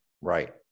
Right